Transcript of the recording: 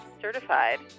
certified